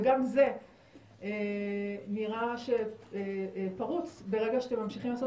וגם זה נראה שפרוץ ברגע שאתם ממשיכים לעשות